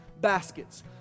baskets